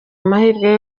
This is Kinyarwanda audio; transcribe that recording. amahirwe